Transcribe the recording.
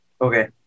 Okay